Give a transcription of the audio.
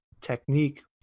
technique